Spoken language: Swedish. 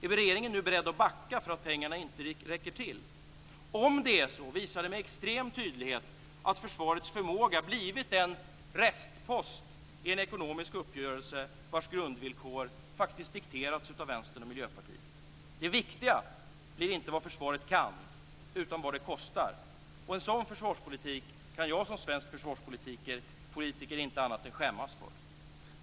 Är regeringen nu beredd att backa för att pengarna inte räcker till? Om det är så, visar det med extrem tydlighet att försvarets förmåga blivit en restpost i en ekonomisk uppgörelse vars grundvillkor faktiskt dikterats av Vänstern och Miljöpartiet. Det viktiga blir inte vad försvaret kan, utan vad det kostar. En sådan försvarspolitik kan jag som svensk försvarspolitiker inte annat än skämmas för.